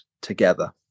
together